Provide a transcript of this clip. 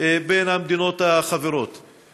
עם המדינות החברות בו.